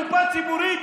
להגדיל את הקופה הציבורית,